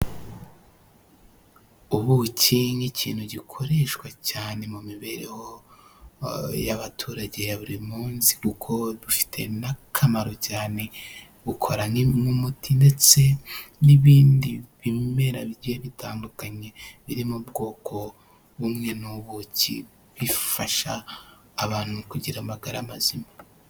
Ubuki nk'ikintu gikoreshwa cyane mu mibereho y'abaturage ya buri munsi kuko bufite n'akamaro cyane bukora n'umuti ndetse n'ibindi bimera bitandukanye birimo ubwoko bumwe n'ubuki bifasha abantu kugira amagara mazima.